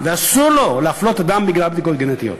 ואסור לו להפלות אדם בגלל בדיקות גנטיות.